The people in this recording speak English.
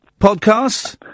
podcast